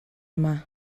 yma